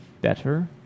better